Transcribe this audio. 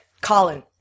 Colin